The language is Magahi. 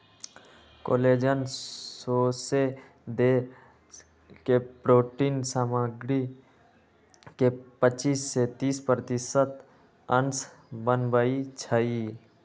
कोलेजन सौसे देह के प्रोटिन सामग्री के पचिस से तीस प्रतिशत अंश बनबइ छइ